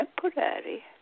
temporary